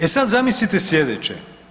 E sad zamislite slijedeće.